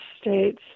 states